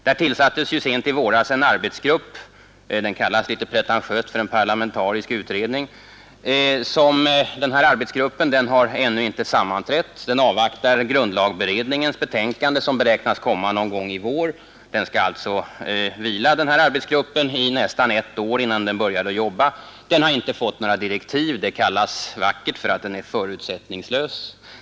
Där tillsattes sent i våras en arbetsgrupp som något pretentiöst kallas för en parlamentarisk utredning men som ännu inte sammanträtt. Den avvaktar grundlagberedningens betänkande som beräknas komma någon gång i vår. Den skall alltså vila i nästan ett år innan den börjar jobba. Den har inte fått några direktiv. Det kallas vackert för att den är ”förutsättningslös”.